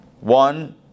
One